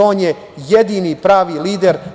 On je jedini pravi lider.